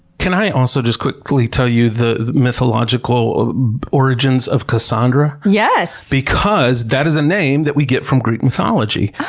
can i also, just quickly, tell you the mythological origins of cassandra? yes! because that is a name that we get from greek mythology.